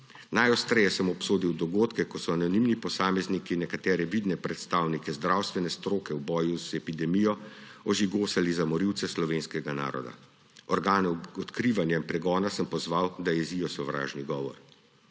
Najostreje sem obsodil dogodke, ko so anonimni posamezniki nekatere vidne predstavnike zdravstvene stroke v boju z epidemijo ožigosali za morilce slovenskega naroda. Organe odkrivanja in pregona sem pozval, da zajezijo sovražni govor.